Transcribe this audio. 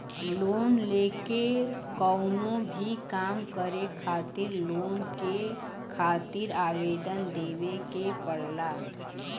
loan लेके कउनो भी काम करे खातिर लोन के खातिर आवेदन देवे के पड़ला